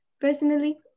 personally